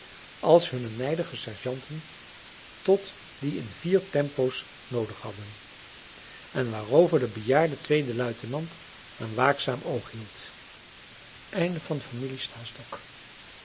als hunne nijdige sergeanten tot die in vier tempo's noodig hadden en waarover de bejaarde tweede luitenant een waakzaam oog hield